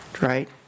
right